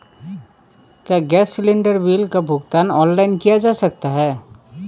क्या gas cylinder bill का भुगतान ऑनलाइन किया जा सकता है?